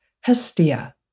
Hestia